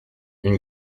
une